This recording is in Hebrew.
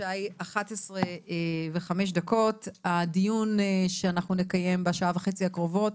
השעה 11:05. הדיון שנקיים בשעה וחצי הקרובות